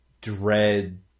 Dread